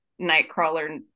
Nightcrawler